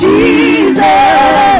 Jesus